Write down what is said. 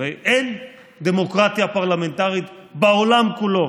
הרי אין דמוקרטיה פרלמנטרית בעולם כולו